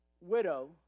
widow